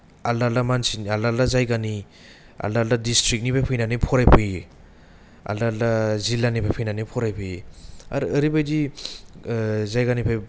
आलदा आलदा मानसिनि आलदा आलदा जायगानि आलदा आलदा दिसट्रिकनिफ्राय फैनानै फराय फैयो आलदा आलदा जिल्लानिफ्राय फैनानै फराय फैयो आरो आोरैबादि जायगानिफ्राय नुनो मोनो